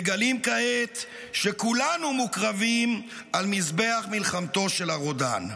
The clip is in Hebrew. מגלים כעת שכולנו מוקרבים על מזבח מלחמתו של הרודן.